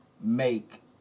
make